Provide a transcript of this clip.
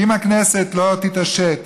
אם הכנסת לא תתעשת